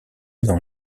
dans